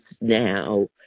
now